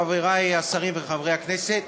חברי השרים וחברי הכנסת,